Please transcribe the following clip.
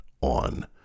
on